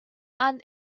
and